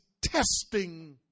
testing